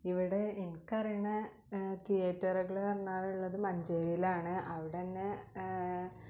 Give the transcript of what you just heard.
ഇവിടെ എനിക്കറിയുന്ന തിയേറ്ററ്കള് പറഞ്ഞാലുള്ളത് മഞ്ചേരീയിലാണ് അവിടെ തന്നെ